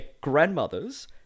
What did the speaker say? grandmothers